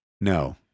no